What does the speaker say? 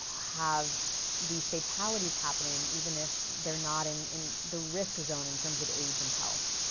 ah have these fatalities happening even if they're not in in the risk zone in terms of age and health?